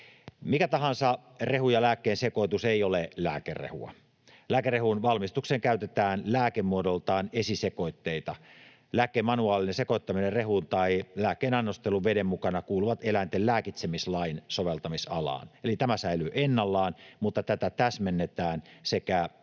Mikä tahansa rehun ja lääkkeen sekoitus ei ole lääkerehua. Lääkerehun valmistukseen käytetään lääkemuodoltaan esisekoitteita. Lääkkeen manuaalinen sekoittaminen rehuun tai lääkkeen annostelu veden mukana kuuluvat eläinten lääkitsemislain soveltamisalaan, eli tämä säilyy ennallaan, mutta tätä täsmennetään sekä